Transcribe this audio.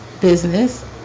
business